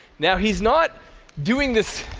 now, he's not doing this